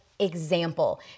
example